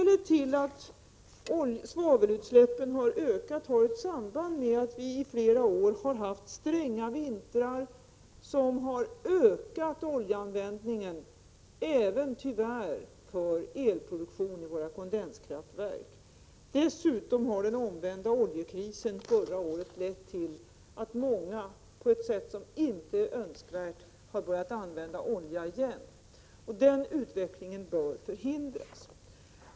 Det förhållandet att svavelutsläppen har ökat har ett samband med att vi i flera år har haft stränga vintrar, som har ökat oljeanvändningen — tyvärr även för elproduktion i våra kondenskraftverk. Dessutom har den omvända oljekrisen förra året lett till att många, på ett sätt som inte är önskvärt, har börjat använda olja igen. Den utvecklingen bör förhindras.